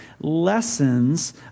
lessons